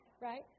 right